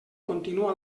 continua